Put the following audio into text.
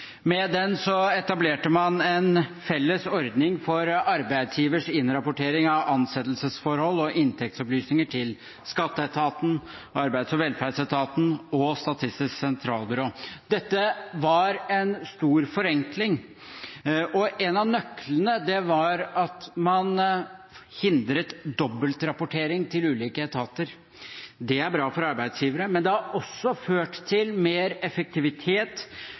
for arbeidsgivers innrapportering av ansettelsesforhold og inntektsopplysninger til skatteetaten, Arbeids- og velferdsetaten og Statistisk sentralbyrå. Dette var en stor forenkling. En av nøklene var at man hindret dobbeltrapportering til ulike etater. Det er bra for arbeidsgivere, og det har også ført til mer effektivitet